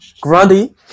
Grundy